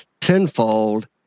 tenfold